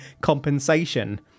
compensation